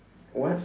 what